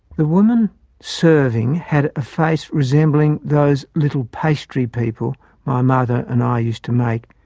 the woman serving had a face resembling those little pastry-people my mother and i used to make,